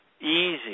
easy